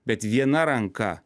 bet viena ranka